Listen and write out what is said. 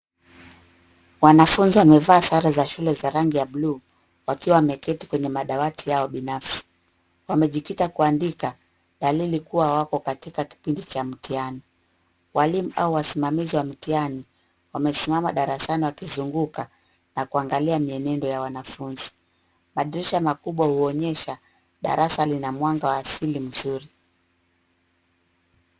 Wanafunzi wamevaa sare za shule za rangi ya bluu wakiwa wameketi kwenye madawati yao binafsi, wamejikita kuandika dalili kuwa wako katika kipindi cha mtihani. Walimu au wasimamizi wa mtihani wamesimama darasani wakizunguka na kuangalia mienendo ya wanafunzi. Madirisha makubwa huonyesha darasa lina mwanga wa asili mzuri.